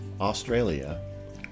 Australia